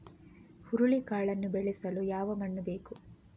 ಹುರುಳಿಕಾಳನ್ನು ಬೆಳೆಸಲು ಯಾವ ಮಣ್ಣು ಬೇಕು?